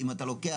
אם אתה לוקח,